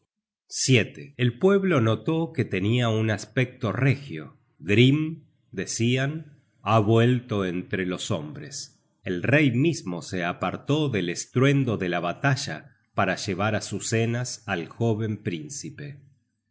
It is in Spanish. alegrémonos el pueblo notó que tenia un aspecto regio grim decian ha vuelto entrelos hombres el rey mismo se apartó del estruendo de la batalla para llevar azucenas al joven príncipe